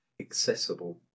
accessible